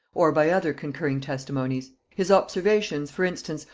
or by other concurring testimonies. his observations, for instance,